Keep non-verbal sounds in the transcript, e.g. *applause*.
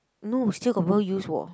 no still got people use *noise*